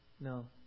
no